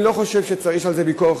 אני לא חושב שיש על זה ויכוח,